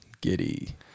Giddy